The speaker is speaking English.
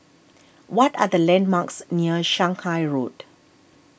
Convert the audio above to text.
what are the landmarks near Shanghai Road